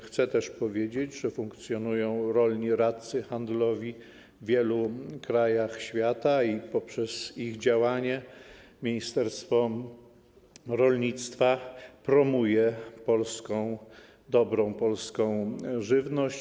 Chcę też powiedzieć, że funkcjonują rolni radcy handlowi w wielu krajach świata i poprzez ich działanie ministerstwo rolnictwa promuje dobrą polską żywność.